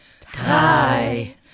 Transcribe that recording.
tie